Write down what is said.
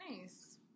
Nice